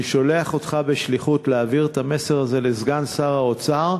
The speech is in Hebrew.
אני שולח אותך בשליחות להעביר את המסר הזה לסגן שר האוצר,